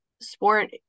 sport